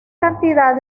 cantidad